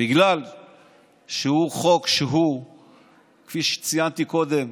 בגלל שכפי שציינתי קודם,